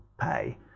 pay